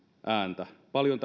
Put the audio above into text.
ääntä paljon